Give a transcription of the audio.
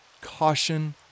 caution